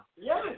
Yes